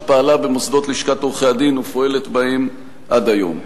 שפעלה במוסדות לשכת עורכי-הדין ופועלת בהם עד היום.